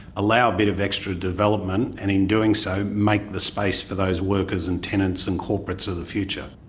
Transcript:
allow a bit of extra development, and in doing so make the space for those workers and tenants and corporates of the future.